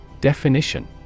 Definition